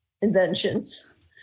inventions